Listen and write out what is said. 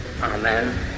Amen